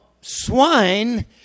swine